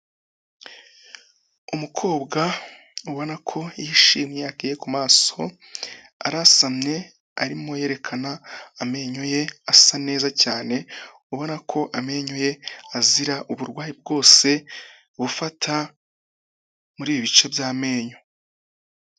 Umukobwa ubona ko yishimye akeye ku maso, arasamye arimo yerekana amenyo ye, asa neza cyane, ubona ko amenyo ye azira uburwayi bwose bufata muri ibice by'amenyo.